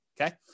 okay